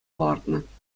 палӑртнӑ